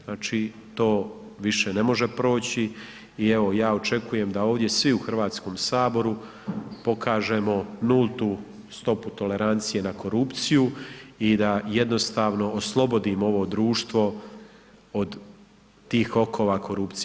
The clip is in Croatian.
Znači to više ne može proći i evo ja očekujem da ovdje svi u Hrvatskom saboru pokažemo nultu stopu tolerancije na korupciju i da jednostavno oslobodimo ovo društvo od tih okova korupcije.